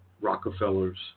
Rockefellers